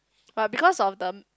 but because of the